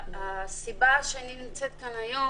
הסיבה שאני נמצאת כאן היום